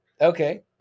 okay